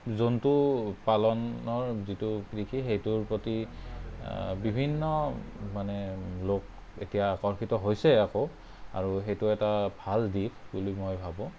জন্তু পালনৰ যিটো কৃষি সেইটোৰ প্ৰতি বিভিন্ন মানে লোক এতিয়া আকৰ্ষিত হৈছে আকৌ আৰু সেইটো এটা ভাল দিশ বুলি মই ভাবোঁ